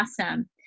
awesome